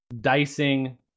dicing